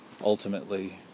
ultimately